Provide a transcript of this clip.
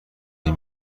این